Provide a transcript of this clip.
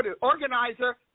organizer